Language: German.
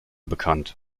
bekannt